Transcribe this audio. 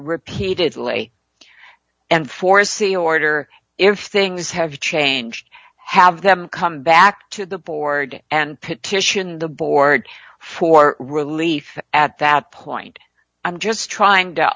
repeatedly and foresee order if things have changed have them come back to the board and petition the board for relief at that point i'm just trying to